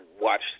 watch